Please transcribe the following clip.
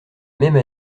même